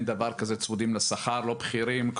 אין דבר כזה צמודים לשכר לא בכירים,